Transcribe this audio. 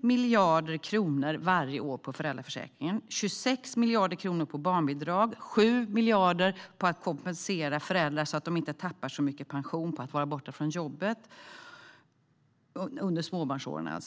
miljarder kronor varje år på föräldraförsäkringen, 26 miljarder kronor på barnbidrag och 7 miljarder på att kompensera föräldrar så att de inte tappar så mycket pension på att vara borta från jobbet under småbarnsåren.